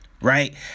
Right